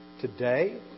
today